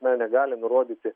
na negali nurodyti